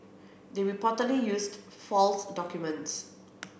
they reportedly used false documents